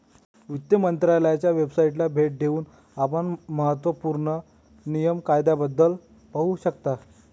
वित्त मंत्रालयाच्या वेबसाइटला भेट देऊन आपण महत्त्व पूर्ण नियम कायद्याबद्दल पाहू शकता